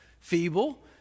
feeble